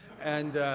and,